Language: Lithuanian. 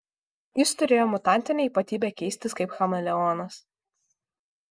jis turėjo mutantinę ypatybę keistis kaip chameleonas